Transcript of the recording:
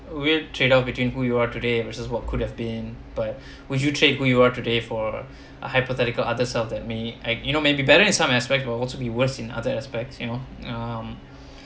weird tradeoff between who you are today versus what could have been but would you trade you are today for a hypothetical other self that may I you know may be better at some aspects will also be worse in other aspects you know um